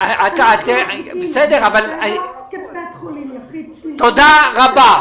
אנחנו מחזיקים את באר שבע כבית חולים יחיד --- תודה רבה.